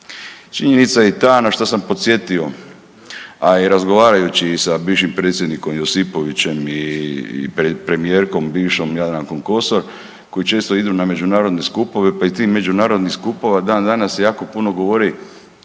Činjenica je i ta na šta sam podsjetio, a i razgovarajući i sa bivšim predsjednikom Josipovićem i premijerkom bivšom Jadrankom Kosor koji često idu na međunarodne skupove, pa i ti međunarodnih skupova dan danas se jako puno govori,